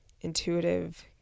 intuitive